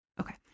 Okay